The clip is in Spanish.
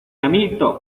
amito